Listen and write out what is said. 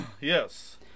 Yes